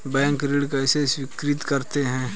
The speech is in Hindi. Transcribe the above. बैंक ऋण कैसे स्वीकृत करते हैं?